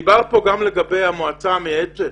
דובר כאן גם לגבי המועצה המייעצת.